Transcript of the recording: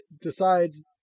decides